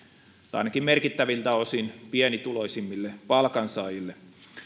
tai ainakin merkittäviltä osin pienituloisimmille palkansaajille